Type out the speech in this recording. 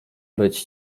być